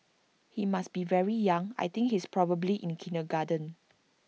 he must be very young I think he's probably in kindergarten